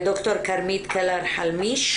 ד"ר כרמית קלר-חלמיש,